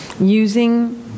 using